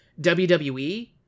WWE